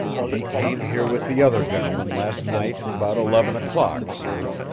he came here with the other gentleman last night about eleven o'clock, sir.